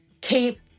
keep